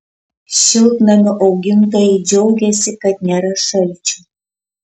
šiltnamių augintojai džiaugiasi kad nėra šalčių